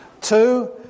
Two